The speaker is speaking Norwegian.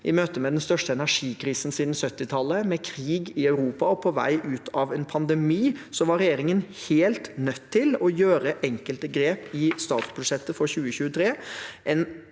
i møte med den største energikrisen siden 1970-tallet, med krig i Europa og på vei ut av en pandemi var regjeringen helt nødt til å gjøre enkelte grep i statsbudsjettet for 2023.